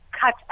cut